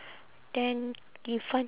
then in front